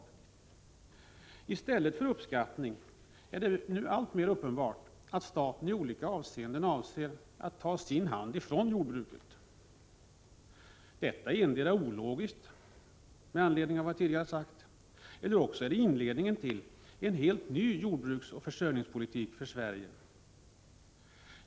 I stället för att visa det sin uppskattning är det nu alltmer uppenbart att staten i olika avseenden avser att ta sin hand från jordbruket. Detta är endera ologiskt, med tanke på vad jag tidigare sagt, eller inledningen till en helt ny jordbruksoch försörjningspolitik för Sverige.